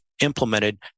implemented